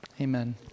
Amen